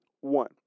One